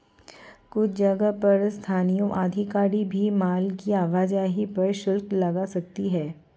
कुछ जगहों पर स्थानीय अधिकारी भी माल की आवाजाही पर शुल्क लगा सकते हैं